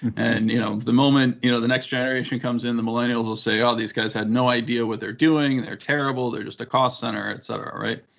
and you know the moment you know the next generation comes in, the millennials will say, oh, these guys had no idea what they're doing, they're terrible, they're just a cost center, et cetera, right?